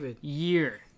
year